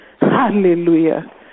hallelujah